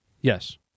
yes